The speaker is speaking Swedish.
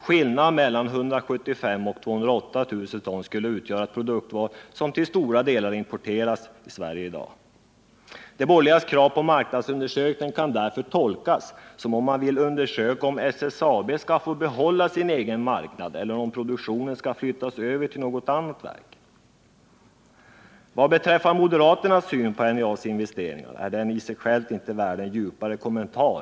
Skillnaden mellan 175 000 och 208 000 ton skall utgöra ett produktval som till stora delar importeras till Sverige i dag. De borgerligas krav på marknadsundersökning kan därför tolkas som att man vill undersöka om SSAB skall få behålla sin egen marknad eller om produktionen skall flyttas över till något annat verk. Vad beträffar moderaternas syn på NJA:s investeringar är den inte värd en djupare kommentar.